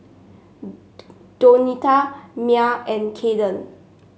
Donita Myer and Kayden